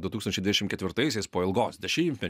du tūkstančiai dvidešim ketvirtaisiais po ilgos dešimtme